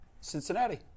Cincinnati